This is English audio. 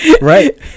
right